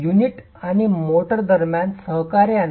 unit आणि mortar दरम्यान सहकार्याने